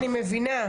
אני מבינה.